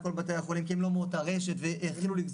להביע